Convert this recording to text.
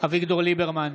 אביגדור ליברמן,